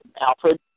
Alfred